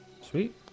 Sweet